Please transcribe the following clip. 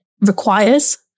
requires